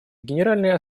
генеральной